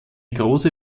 große